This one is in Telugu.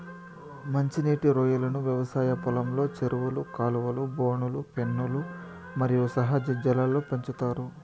మంచి నీటి రొయ్యలను వ్యవసాయ పొలంలో, చెరువులు, కాలువలు, బోనులు, పెన్నులు మరియు సహజ జలాల్లో పెంచుతారు